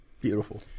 Beautiful